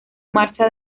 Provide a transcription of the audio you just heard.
marcha